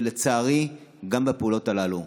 ולצערי גם בפעולות הללו.